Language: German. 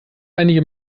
einige